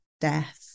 death